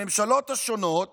הממשלות השונות